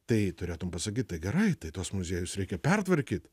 tai turėtum pasakyt tai gerai tai tuos muziejus reikia pertvarkyt